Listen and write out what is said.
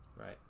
Right